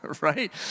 right